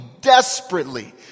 desperately